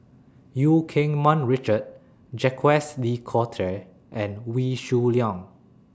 EU Keng Mun Richard Jacques De Coutre and Wee Shoo Leong